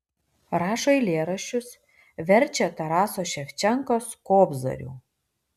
rašo eilėraščius verčia taraso ševčenkos kobzarių